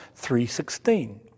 3.16